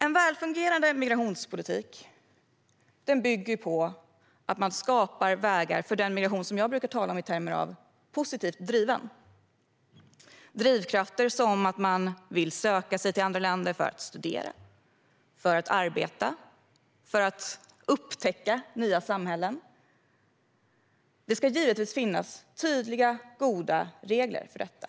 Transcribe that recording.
En välfungerande migrationspolitik bygger på att man skapar vägar för den migration som jag brukar tala om i termer av positivt driven. Det handlar om drivkrafter som att man vill söka sig till andra länder för att studera, för att arbeta och för att upptäcka nya samhällen. Det ska givetvis finnas tydliga och goda regler för detta.